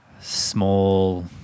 small